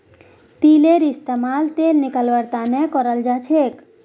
तिलेर इस्तेमाल तेल निकलौव्वार तने कराल जाछेक